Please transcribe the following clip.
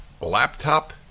laptop